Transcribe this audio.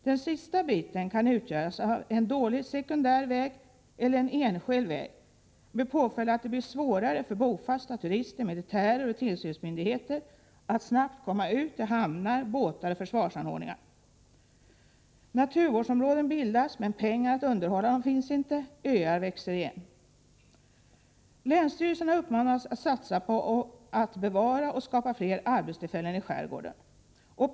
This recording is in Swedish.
Den sista biten kan utgöras av en dålig sekundär väg eller en enskild väg med påföljd att det blir svårare för bofasta, turister, militärer och tillsynsmyndigheter att snabbt komma ut till hamnar, båtar och försvarsanordningar. Naturvårdsområden bildas, men pengar att underhålla dem finns inte. Vidare växer öar igen. Länsstyrelserna uppmanas att satsa på och bevara och skapa fler arbetstillfällen i skärgården.